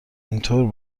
اینطوری